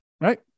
right